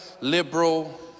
liberal